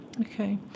Okay